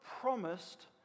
promised